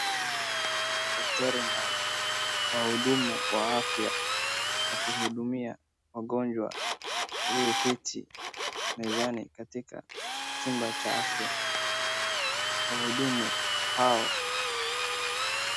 Daktari na wahudumu wa afya wakihudumia wagonjwa aliyeketi mezani katika vhumba cha afya. Wahudumu hao...